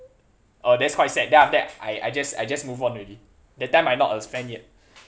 oh that's quite sad then after that I I just I just move on already that time I not a fan yet